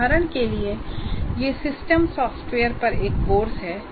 उदाहरण के लिए यह सिस्टम सॉफ्टवेयर पर एक कोर्स है